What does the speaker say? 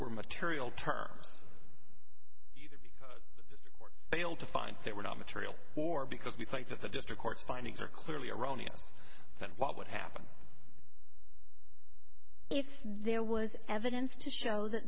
were material terms or fail to find they were not material or because we think that the district court's findings are clearly erroneous then what would happen if there was evidence to show that